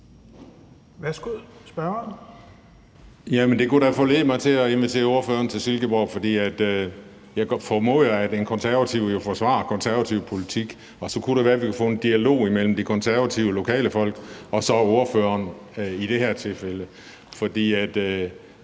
Juhl (EL): Jamen det kunne da foranledige mig til at invitere ordføreren til Silkeborg. Jeg formoder, at en konservativ vil forsvare konservativ politik, og så kunne det være, at vi kunne få en dialog mellem de lokale konservative folk og så ordføreren i det her tilfælde. Vi skal